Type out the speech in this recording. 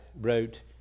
wrote